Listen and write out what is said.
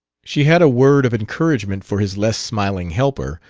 she had a word of encouragement for his less smiling helper,